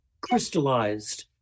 crystallized